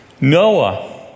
Noah